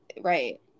right